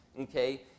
Okay